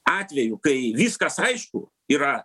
atvejų kai viskas aišku yra